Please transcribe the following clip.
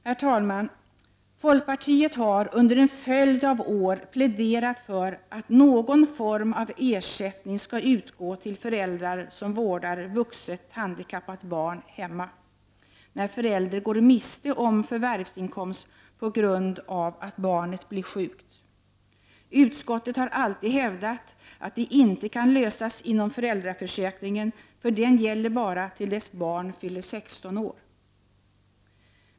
Herr talman! Vi i folkpartiet har under en följd av år pläderat för att någon form av ersättning skall utgå till förälder som vårdar vuxet handikappat barn hemma, när förälder går miste om förvärvsinkomst på grund av att barnet blir sjukt. Utskottet har alltid hävdat att det problemet inte kan lösas inom föräldraförsäkringen, för den gäller bara till dess att barn fyller 16 år.